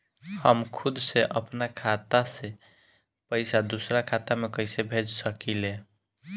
हम खुद से अपना खाता से पइसा दूसरा खाता में कइसे भेज सकी ले?